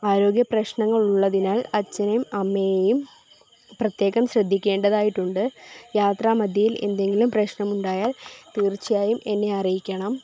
ആരോഗ്യ പ്രശ്നങ്ങൾ ഉള്ളതിനാൽ അച്ഛനും അമ്മയേയും പ്രത്യേകം ശ്രദ്ധിക്കേണ്ടതായിട്ടുണ്ട് യാത്രാ മദ്ധ്യത്തിൽ എന്തെങ്കിലും പ്രശ്നം ഉണ്ടായാൽ തീർച്ചയായും എന്നെ അറിയിക്കണം